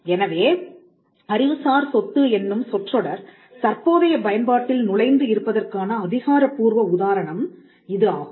எனவே அறிவுசார் சொத்து என்னும் சொற்றொடர் தற்போதைய பயன்பாட்டில் நுழைந்து இருப்பதற்கான அதிகாரப்பூர்வ உதாரணம் இது ஆகும்